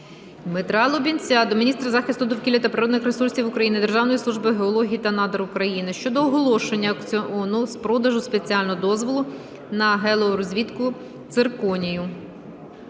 Дмитра Лубінця до міністра захисту довкілля та природних ресурсів України, Державної служби геології та надр України щодо оголошення аукціону з продажу спеціального дозволу на геологорозвідку цирконію.